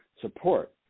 support